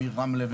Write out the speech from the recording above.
מרמלה,